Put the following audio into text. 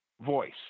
voice